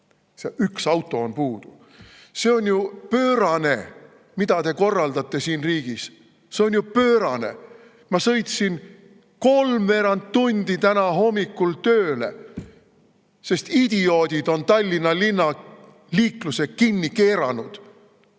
üks auto on puudu. See on ju pöörane, mida te korraldate siin riigis. See on ju pöörane! Ma sõitsin kolmveerand tundi täna hommikul tööle, sest idioodid on Tallinna linna liikluse kinni keeranud,